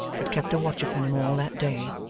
but kept a watch upon him all that day.